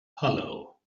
hollow